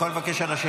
של חבר הכנסת